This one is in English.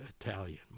Italian